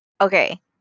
Okay